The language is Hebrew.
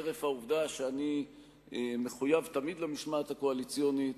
חרף העובדה שאני מחויב תמיד למשמעת הקואליציונית,